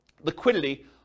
liquidity